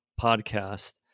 podcast